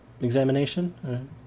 examination